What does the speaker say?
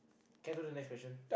can we go to the next question